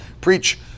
preach